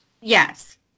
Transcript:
Yes